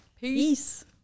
peace